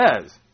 says